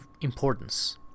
importance